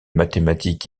mathématique